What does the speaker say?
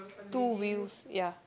two wheels ya